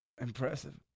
Impressive